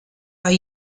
are